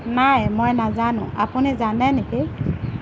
নাই মই নাজানোঁ আপুনি জানে নেকি